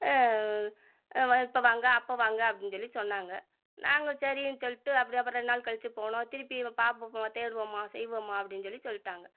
முதல் இப்போ வாங்க அப்போ வாங்க அப்படின்னு சொல்லி சொன்னாங்கள் நாங்களும் சரின்னு சொல்லிட்டு அப்படியா அப்போ ரெண்டு நாள் கழித்துப்போனோம் திருப்பி நம்ம பார்ப்போம்மா தேடுவோம்மா செய்வோம்மா அப்படின்னு சொல்லி சொல்லிட்டாங்க